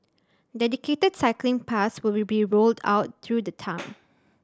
dedicated cycling paths will be rolled out through the town